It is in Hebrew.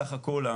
סך הכול,